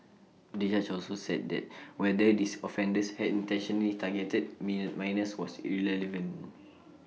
the judge also said that whether these offenders had intentionally targeted minors was irrelevant